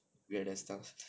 werid ass stuff